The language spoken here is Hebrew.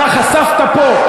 אתה חשפת פה,